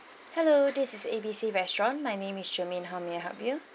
hello this is A B C restaurant my name is germaine how may I help you